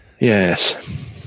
Yes